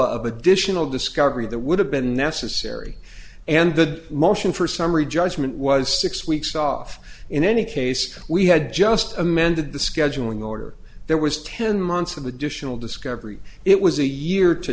of additional discovery that would have been necessary and the motion for summary judgment was six weeks off in any case we had just amended the scheduling order there was ten months of additional discovery it was a year to